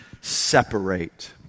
separate